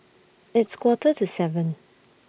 its Quarter to seven